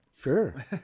Sure